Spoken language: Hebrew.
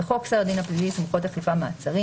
בחוק סדר הדין הפלילי (סמכויות אכיפה - מעצים)